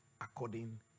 according